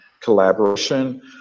Collaboration